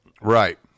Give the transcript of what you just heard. Right